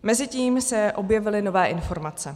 Mezitím se objevily nové informace.